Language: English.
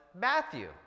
Matthew